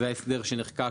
זה ההסדר שנחקק,